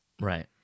Right